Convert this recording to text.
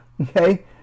Okay